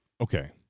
okay